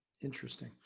Interesting